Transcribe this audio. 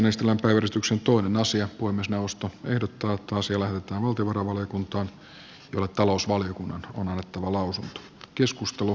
puhemiesneuvosto ehdottaa että asia lähetetään valtiovarainvaliokuntaan jolle talousvaliokunnan on annettava lausunto